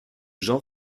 jean